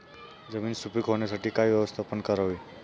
जमीन सुपीक होण्यासाठी काय व्यवस्थापन करावे?